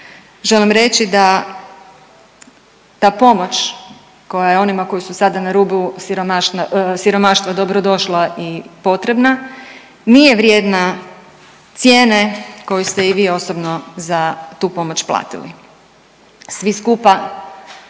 Želim reći da ta pomoć koja je onima koji su sada na rubu siromaštva dobrodošla i potrebna nije vrijedna cijena koju ste i vi osobno za tu pomoć platili. Svi skupa